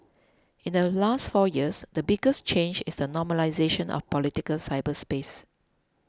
in the last four years the biggest change is the normalisation of political cyberspace